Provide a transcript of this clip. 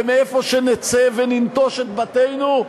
ומאיפה שנצא וננטוש את בתינו,